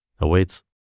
awaits